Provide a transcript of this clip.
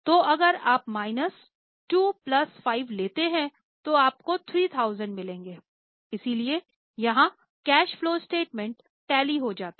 तो अगर आप माइनस 2 प्लस 5 लेते हैं तो आपको 3000 मिलेंगे इसलिए यहां कैश फलो स्टेटमेंट टैली हो जाता है